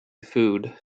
food